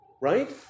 Right